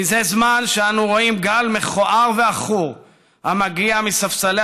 זה זמן שאנו רואים גל מכוער ועכור המגיע מספסלי